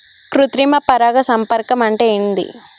కృత్రిమ పరాగ సంపర్కం అంటే ఏంది?